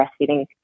breastfeeding